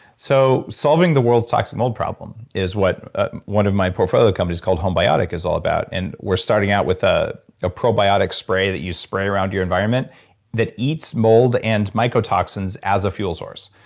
so solving the world's toxic mold problem is what one of my portfolio companies called home biotic is all about and we're starting out with ah a probiotic spray that you spray around your environment that eats mold and microtoxins as a fuel source.